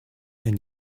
and